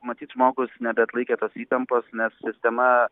matyt žmogus nebeatlaikė tos įtampos nes sistema